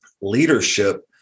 Leadership